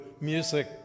music